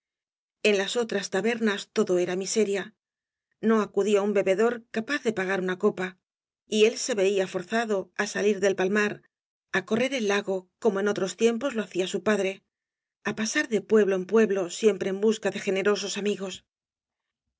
en las otras ta bernas todo era miseria no acudía un bebedor capaz de pagar una copa y él se veía forzado á salir del palmar á correr el lago como en otros tiem pos lo hacía su padre á pasar de pueblo en pueblo siempre en busca de generosos amigos